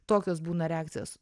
tokios būna reakcijos